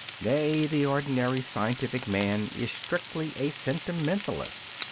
nay, the ordinary scientific man is strictly a sentimentalist.